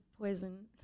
poison